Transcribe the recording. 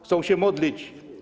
Chcą się modlić.